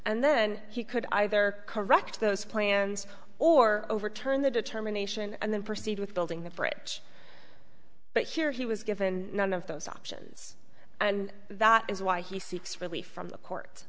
and then he could either correct those plans or overturn the determination and then proceed with building the bridge but here he was given none of those options and that is why he seeks relief from the court